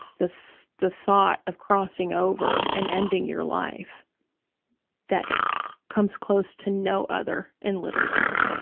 the the thought of crossing over and ending your life that comes close to no other in literature.